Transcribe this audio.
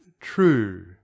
true